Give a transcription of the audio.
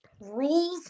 Rules